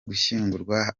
gushyingurwa